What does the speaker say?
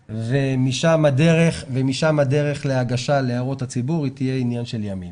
ומשם הדרך להגשה להערות הציבור תהיה עניין של ימים.